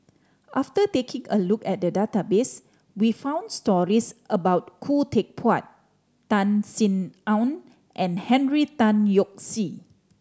after taking a look at the database we found stories about Khoo Teck Puat Tan Sin Aun and Henry Tan Yoke See